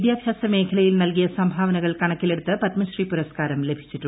വിദ്യാഭ്യാസ മേഖലയിൽ നൽകിയ സംഭാവനകൾ കണക്കിലെടുത്ത് പത്മശ്രീ പുരസ്കാരം ലഭിച്ചിട്ടുണ്ട്